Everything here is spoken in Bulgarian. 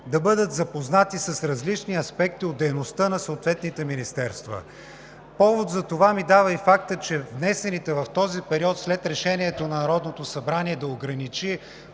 да бъдат запознати с различни аспекти от дейността на съответните министерства. Повод за това ми дава и фактът, че от внесените писмени въпроси в този период – след решението на Народното събрание да ограничи